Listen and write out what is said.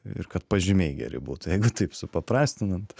ir kad pažymiai geri būtų jeigu taip supaprastinant